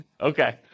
Okay